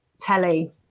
telly